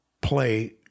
play